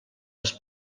els